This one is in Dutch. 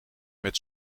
met